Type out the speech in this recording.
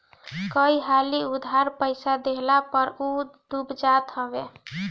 कई हाली उधार पईसा देहला पअ उ डूब जात हवे